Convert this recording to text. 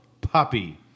puppy